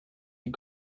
die